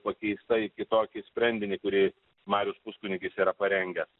pakeista į kitokį sprendinį kurį marius puskunigis yra parengęs